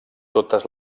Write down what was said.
totes